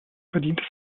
verdientes